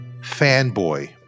fanboy